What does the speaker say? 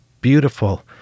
beautiful